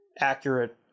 accurate